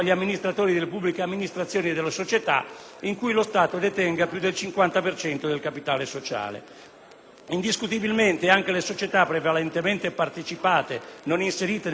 in cui lo Stato detenga più del 50 per cento del capitale sociale. Indiscutibilmente anche le società prevalentemente partecipate non inserite nel conto economico consolidato della pubblica amministrazione